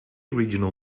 regional